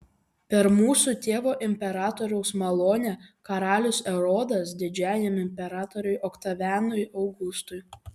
per mūsų tėvo imperatoriaus malonę karalius erodas didžiajam imperatoriui oktavianui augustui